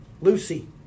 Lucy